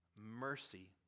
mercy